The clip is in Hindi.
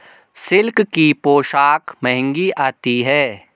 सिल्क की पोशाक महंगी आती है